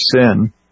sin